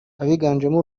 abiganjemo